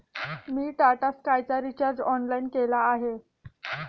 मी टाटा स्कायचा recharge online केला आहे